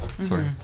Sorry